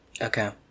okay